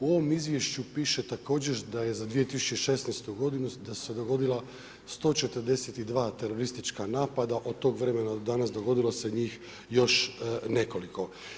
U ovom izvješću piše također, da je za 2016. godinu, da se dogodila 142 teroristička napada, od tog vremena do danas, dogodilo se njih još nekoliko.